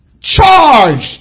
charged